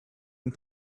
and